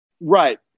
Right